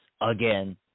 again